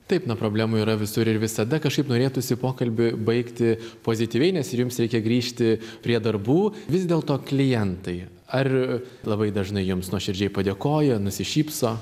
taip na problemų yra visur ir visada kažkaip norėtųsi pokalbį baigti pozityviai nes ir jums reikia grįžti prie darbų vis dėlto klientai ar labai dažnai jums nuoširdžiai padėkoja nusišypso